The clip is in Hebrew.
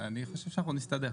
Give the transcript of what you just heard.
אני חושב שאנחנו נסתדר.